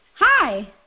Hi